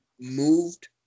moved